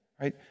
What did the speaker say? right